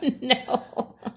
no